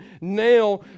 now